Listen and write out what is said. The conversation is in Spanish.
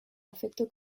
afecto